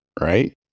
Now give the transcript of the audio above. right